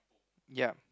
ya